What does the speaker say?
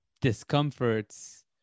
discomforts